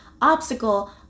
obstacle